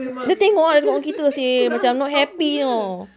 dia tengok dia tengok kita seh macam not happy you know